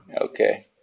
Okay